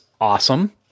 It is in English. awesome